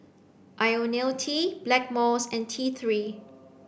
Ionil T Blackmores and T three